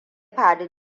faru